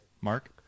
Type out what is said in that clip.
Mark